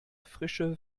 frische